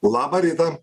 labą rytą